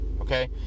Okay